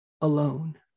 alone